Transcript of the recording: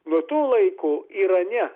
nuo to laiko irane